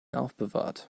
aufbewahrt